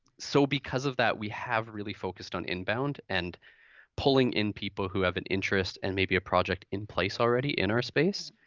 so because of that we have really focused on inbound v and pulling in people who have an interest and maybe a project in place already in our space.